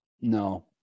No